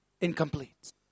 incomplete